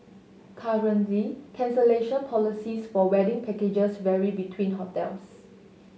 currently cancellation policies for wedding packages vary between hotels